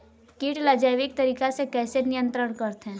कीट ला जैविक तरीका से कैसे नियंत्रण करथे?